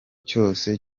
cyose